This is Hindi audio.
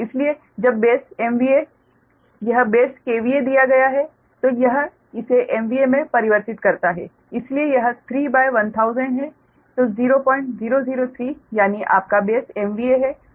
इसलिए जब बेस MVA यह बेस KVA दिया गया है तो यह इसे MVA में परिवर्तित करता है इसलिए यह 31000 है 0003 यानी आपका बेस MVA है